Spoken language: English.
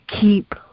keep